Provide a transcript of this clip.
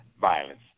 violence